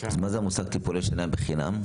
אז מה זה המושג טיפולי שיניים בחינם?